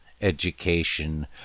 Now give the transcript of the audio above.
education